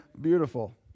Beautiful